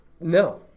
no